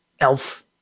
elf